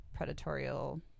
predatorial